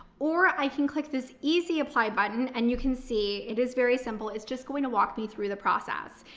or i can click this easy apply button and you can see it is very simple. it's just going to walk me through the process.